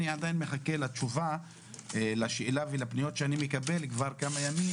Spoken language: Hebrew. אני עדיין מחכה לתשובה לשאלה ולפניות אני מקבל מזה כמה ימים,